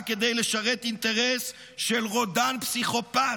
רק כדי לשרת אינטרס של רודן פסיכופט,